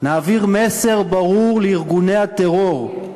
נעביר מסר ברור לארגוני הטרור: